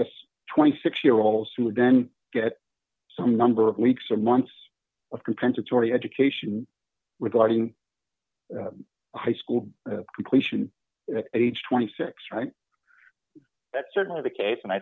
guess twenty six year olds who would then get some number of weeks or months of compensatory education regarding high school completion age twenty six right that's certainly the case and i